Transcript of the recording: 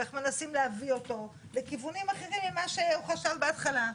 ואיך מנסים להביא אותו לכיוונים אחרים ממה שהוא חשב בהתחלה,